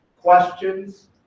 questions